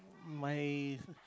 my